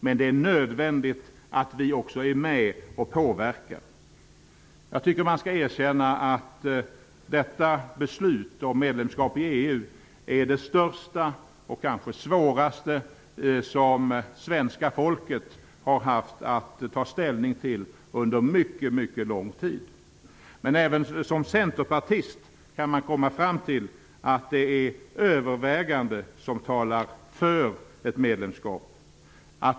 Men det är nödvändigt att vi också är med och påverkar. Jag tycker att man skall erkänna att beslutet om medlemskap i EU är det största och kanske svåraste som svenska folket har haft att ta ställning till under mycket lång tid. Men även som centerpartist kan man komma fram till att det som talar för ett medlemskap är övervägande.